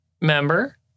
member